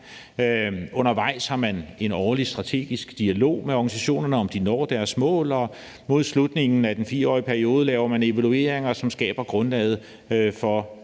Undervejs har man en årlig strategisk dialog med organisationerne om, om de når deres mål, og mod slutningen af den 4-årige periode laver man evalueringer, som skaber grundlaget for